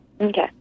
Okay